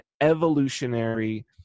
evolutionary